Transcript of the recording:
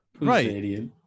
Right